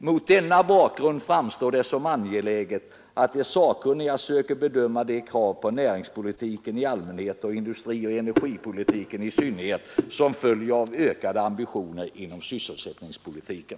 ——— Mot denna bakgrund framstår det som angeläget att de sakkunniga söker bedöma de krav på näringspolitiken i allmänhet och industrioch energipolitiken i synnerhet som följer av ökade ambitioner inom sysselsättningspolitiken.”